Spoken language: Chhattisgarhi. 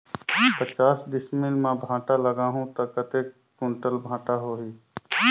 पचास डिसमिल मां भांटा लगाहूं ता कतेक कुंटल भांटा होही?